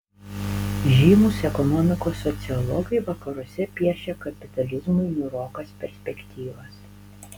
žymūs ekonomikos sociologai vakaruose piešia kapitalizmui niūrokas perspektyvas